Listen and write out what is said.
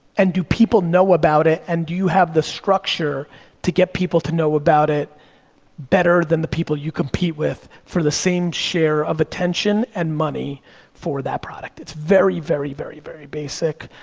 and do people know about it, and do you have the structure to get people to know about it better than the people you compete with for the same share of attention and money for that product. it's very, very, very, very basic.